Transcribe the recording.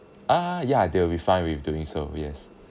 ah ya they will be fine with doing so yes